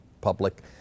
public